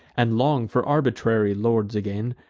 and long for arbitrary lords again,